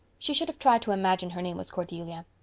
she should have tried to imagine her name was cordelia.